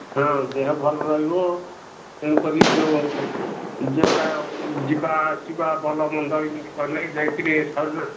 ହଁ ଦେହ ଭଲ ରହିବ ତେଣୁକରି ଯେଉଁ ଯେଉଁ ଯିବାଆସିବା ଭଲ ମନ୍ଦ ଏମିତି କଲେେ ଯାଇକରି ଶରୀର